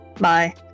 Bye